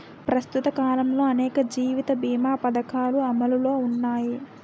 ప్రస్తుత కాలంలో అనేక జీవిత బీమా పధకాలు అమలులో ఉన్నాయి